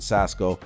Sasko